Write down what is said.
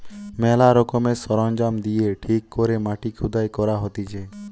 ম্যালা রকমের সরঞ্জাম দিয়ে ঠিক করে মাটি খুদাই করা হতিছে